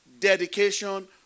Dedication